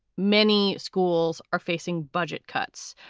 many schools are facing budget cuts.